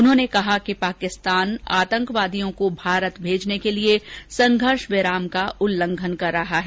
उन्होंने कहा कि पाकिस्तान आतंकवादियों को भारत भेजने के लिए संघर्ष विराम का उल्लंघन कर रहा है